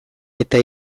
eta